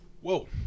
Whoa